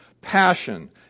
Passion